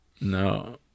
No